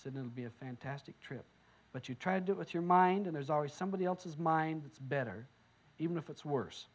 and be a fantastic trip but you try to do it your mind and there's always somebody else's mind better even if it's worse